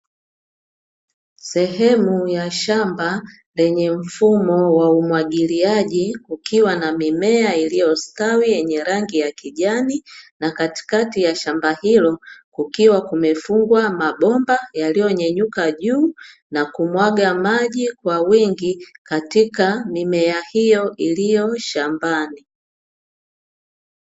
Sehemu ya shamba lenye mfumo waumwagiliaji, kukiwa na mimea iliyostawi yenye rangi ya kijani. Na katikati ya shamba hilo kukiwa kumefungwa mabomba yaliyo nyanyuka juu, na kumwaga maji kwa wingi katika mimea hiyo iliyo shambani.